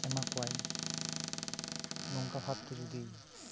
ᱮᱢᱟ ᱠᱚᱣᱟᱭ ᱱᱚᱝᱠᱟ ᱵᱷᱟᱵ ᱛᱮ ᱡᱩᱫᱤ